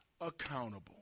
accountable